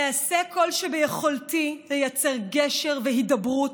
אעשה כל שביכולתי לייצר גשר והידברות,